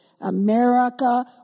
America